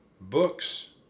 Books